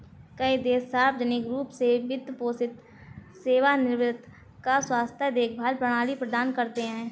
कई देश सार्वजनिक रूप से वित्त पोषित सेवानिवृत्ति या स्वास्थ्य देखभाल प्रणाली प्रदान करते है